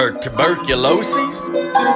tuberculosis